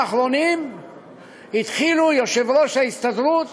התחילו יושב-ראש ההסתדרות